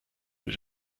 wird